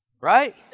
Right